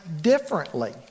differently